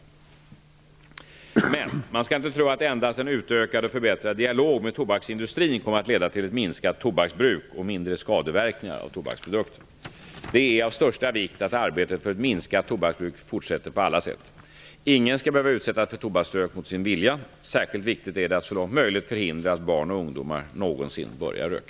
Men man skall inte tro att endast en utökad och förbättrad dialog med tobaksindustrin kommer att leda till ett minskat tobaksbruk och mindre skadeverkningar av tobaksprodukter. Det är av största vikt att arbetet för ett minskat tobaksbruk fortsätter på alla sätt. Ingen skall behöva utsättas för tobaksrök mot sin vilja. Särskilt viktigt är det att så långt möjligt förhindra att barn och ungdomar någonsin börjar röka.